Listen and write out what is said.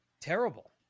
Terrible